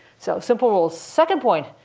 so simple rules. second point,